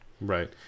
Right